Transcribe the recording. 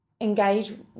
engage